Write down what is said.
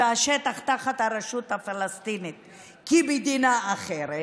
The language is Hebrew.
ובשטח תחת הרשות הפלסטינית כמדינה אחרת,